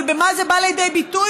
אבל במה זה בא לידי ביטוי,